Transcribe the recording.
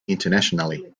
internationally